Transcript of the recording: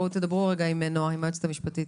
דברו עם היועצת המשפטית.